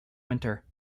winter